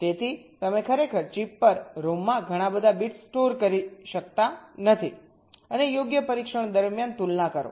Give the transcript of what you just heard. તેથી તમે ખરેખર ચિપ પર રોમમાં ઘણા બધા બિટ્સ સ્ટોર કરી શકતા નથી અને યોગ્ય પરીક્ષણ દરમિયાન તુલના કરો